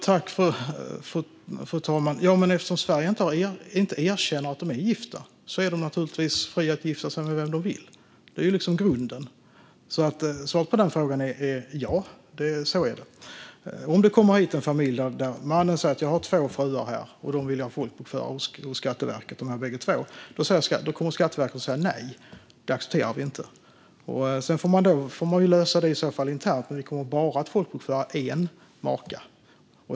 Fru talman! Eftersom Sverige inte erkänner att de är gifta är de naturligtvis fria att gifta sig med vem de vill; det är ju grunden. Svaret på denna fråga är: Ja, så är det. Om det kommer hit en familj och mannen säger att han har två fruar och att han vill folkbokföra bägge två hos Skatteverket kommer Skatteverket att säga nej - det accepterar de inte. Sedan får man lösa det hela internt, men vi kommer bara att folkbokföra en maka.